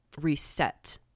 reset